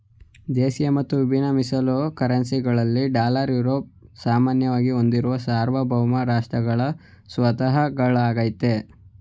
ದೇಶಿಯ ಮತ್ತು ವಿಭಿನ್ನ ಮೀಸಲು ಕರೆನ್ಸಿ ಗಳಲ್ಲಿ ಡಾಲರ್, ಯುರೋ ಸಾಮಾನ್ಯವಾಗಿ ಹೊಂದಿರುವ ಸಾರ್ವಭೌಮ ರಾಷ್ಟ್ರಗಳ ಸ್ವತ್ತಾಗಳಾಗೈತೆ